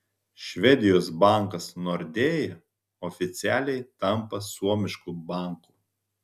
švedijos bankas nordea oficialiai tampa suomišku banku